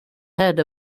head